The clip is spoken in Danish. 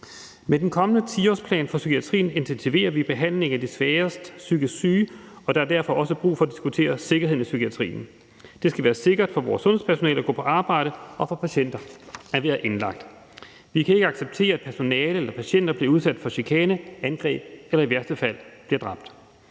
Med den kommende 10-årsplan for psykiatrien intensiverer vi behandlingen af de sværest psykisk syge, og der er derfor også brug for at diskutere sikkerheden i psykiatrien. Det skal være sikkert for vores sundhedspersonale at gå på arbejde og for patienter at være indlagt. Vi kan ikke acceptere, at personale eller patienter bliver udsat for chikane eller angreb eller i værste fald bliver dræbt.